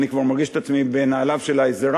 אני כבר מרגיש את עצמי בנעליו של האזרח,